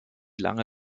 lange